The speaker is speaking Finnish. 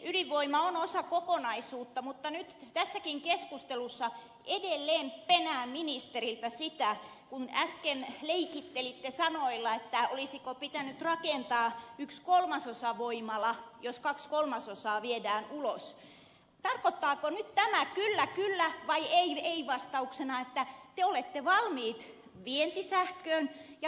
ydinvoima on osa kokonaisuutta mutta nyt tässäkin keskustelussa edelleen penään ministeriltä sitä kun äsken leikittelitte sanoilla että olisiko pitänyt rakentaa yksi kolmasosavoimala jos kaksi kolmasosaa viedään ulos tarkoittaako tämä nyt kylläkyllä vai eiei vastauksena että te olette valmiit vientisähköön